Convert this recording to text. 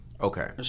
Okay